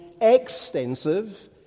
extensive